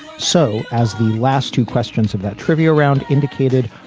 so as the last two questions of that trivia round indicated,